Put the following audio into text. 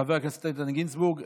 חבר הכנסת איתן גינזבורג.